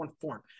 form